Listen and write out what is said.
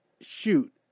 shoot